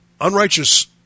unrighteous